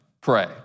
pray